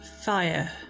fire